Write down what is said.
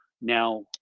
Now